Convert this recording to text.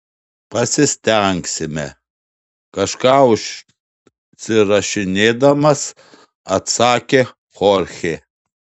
pasistengsime kažką užsirašinėdamas atsakė chorchė